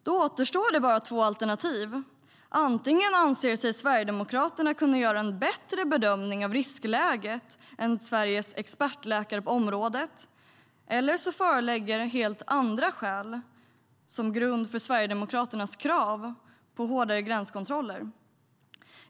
Då återstår bara två alternativ. Antingen anser sig Sverigedemokraterna kunna göra en bättre bedömning av riskläget än Sveriges expertläkare på området eller också föreligger helt andra skäl som grund för Sverigedemokraternas krav på hårdare gränskontroller.